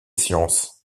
sciences